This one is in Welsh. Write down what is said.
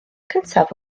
cyntaf